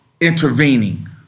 intervening